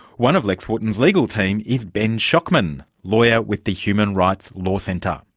one of lex wotton's legal team is ben schokman, lawyer with the human rights law centre.